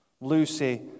Lucy